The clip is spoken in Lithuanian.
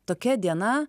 tokia diena